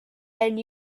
and